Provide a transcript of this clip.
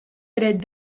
dret